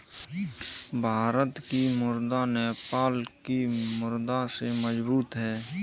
भारत की मुद्रा नेपाल की मुद्रा से मजबूत है